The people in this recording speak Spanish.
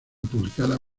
publicada